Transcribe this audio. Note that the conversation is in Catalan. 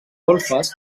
golfes